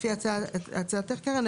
לפי הצעתך קרן,